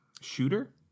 Shooter